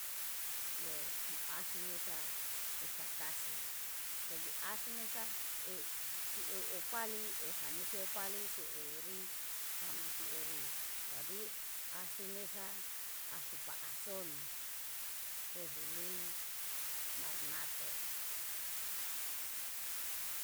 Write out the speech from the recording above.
Lo mo ahsu mesa esakase jadi ahsu mesa eu siew opali ehanusiw pali siuri hanusi ori. Jadi ahsu mesa, ahsu pa ahson rehu lui marnate.